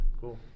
Cool